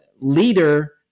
leader—